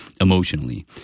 emotionally